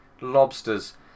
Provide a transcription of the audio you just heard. lobsters